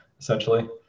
essentially